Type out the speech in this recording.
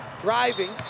driving